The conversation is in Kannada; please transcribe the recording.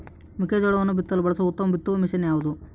ಮೆಕ್ಕೆಜೋಳವನ್ನು ಬಿತ್ತಲು ಬಳಸುವ ಉತ್ತಮ ಬಿತ್ತುವ ಮಷೇನ್ ಯಾವುದು?